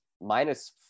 minus